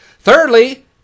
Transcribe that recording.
Thirdly